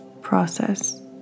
process